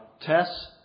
tests